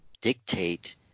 dictate